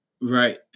Right